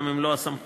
גם אם לא הסמכות,